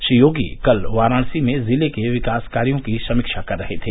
श्री योगी कल वाराणसी में ज़िले के विकास कार्यो की समीक्षा कर रहे थे